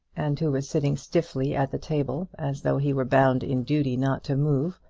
and who was sitting stiffly at the table as though he were bound in duty not to move,